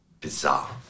Bizarre